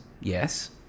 yes